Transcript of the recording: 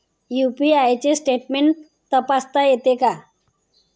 UPI चे statement तपासता येते का?